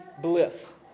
bliss